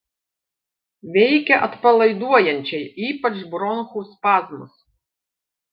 veikia atpalaiduojančiai ypač bronchų spazmus